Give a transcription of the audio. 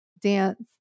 dance